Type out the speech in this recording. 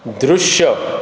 दृश्य